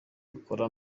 ikora